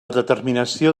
determinació